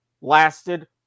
lasted